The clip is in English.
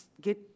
get